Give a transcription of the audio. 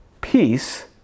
Peace